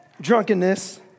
drunkenness